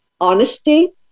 honesty